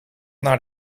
naar